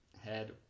head